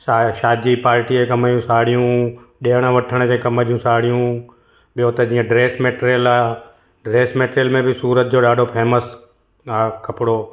शा शादी पाटी जे कम जूं साड़ियूं ॾियण वठण जे कम जूं साड़ियूं ॿियों त जीअं ड्रेस मैटिरियल आहे ड्रेस मैटिरियल में बि सूरत जो ॾाढो फेमस आहे कपिड़ो